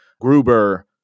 Gruber